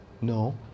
No